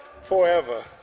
forever